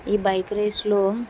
ఈ బైక్ రేస్లో